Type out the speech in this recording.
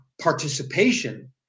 participation